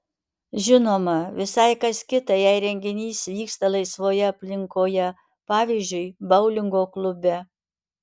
žinoma visai kas kita jei renginys vyksta laisvoje aplinkoje pavyzdžiui boulingo klube